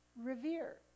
revere